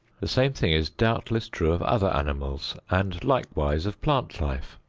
the same thing is doubtless true of other animals and likewise of plant life.